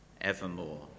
evermore